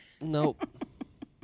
Nope